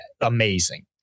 amazing